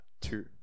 Two